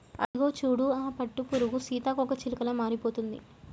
అదిగో చూడు ఆ పట్టుపురుగు సీతాకోకచిలుకలా మారిపోతుంది